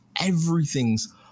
Everything's